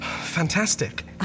Fantastic